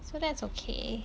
so that's okay